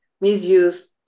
misuse